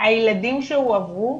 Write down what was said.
הילדים שהועברו,